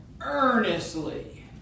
earnestly